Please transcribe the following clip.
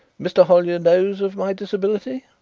mr. hollyer knows of my disability?